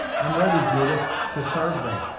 i'm ready, judith, to sarve them,